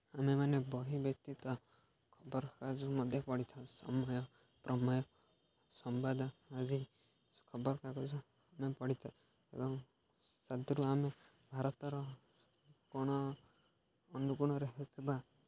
ଆମେମାନେ ବହି ବ୍ୟତୀତ ଖବରକାଗଜ ମଧ୍ୟ ପଢ଼ିଥାଉ ସମୟ ପ୍ରମେୟ ସମ୍ବାଦ ଆଦି ଖବରକାଗଜ ଆମେ ପଢ଼ିଥାଉ ଏବଂ ସେଥିରୁ ଆମେ ଭାରତର କୋଣ ଅନୁକୋଣରେ ହେଉଥିବା